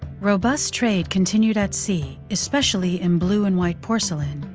robust trade continued at sea, especially in blue-and-white porcelain,